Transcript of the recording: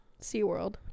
SeaWorld